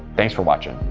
thanks for watching,